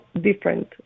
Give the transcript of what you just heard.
different